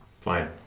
Fine